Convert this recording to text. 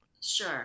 Sure